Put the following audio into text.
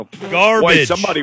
Garbage